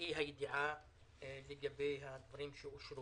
באי הידיעה לגבי הדברים שאושרו.